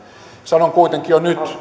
sanon kuitenkin jo nyt